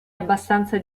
abbastanza